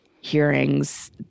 hearings